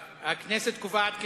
הכנסת קובעת כי